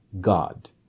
God